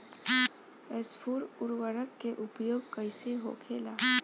स्फुर उर्वरक के उपयोग कईसे होखेला?